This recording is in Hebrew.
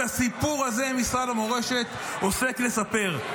את הסיפור הזה משרד המורשת מספר.